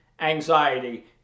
anxiety